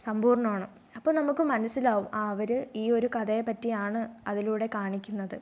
സമ്പൂർണ്ണമാണ് അപ്പോൾ നമുക്ക് മനസ്സിലാകും ആ അവർ ഈ ഒരു കഥയെ പറ്റിയാണ് അതിലൂടെ കാണിക്കുന്നത്